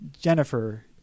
Jennifer